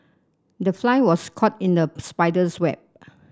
the fly was caught in the spider's web